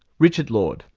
richard lord.